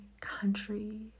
country